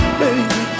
baby